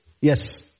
Yes